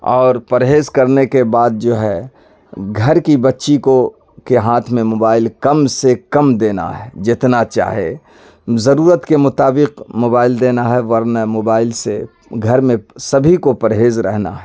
اور پرہیز کرنے کے بعد جو ہے گھر کی بچی کو کے ہاتھ میں موبائل کم سے کم دینا ہے جتنا چاہے ضرورت کے مطابق موبائل دینا ہے ورنہ موبائل سے گھر میں سبھی کو پرہیز رہنا ہے